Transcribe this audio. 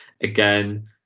again